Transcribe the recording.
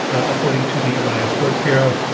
according to the elias sports bureau,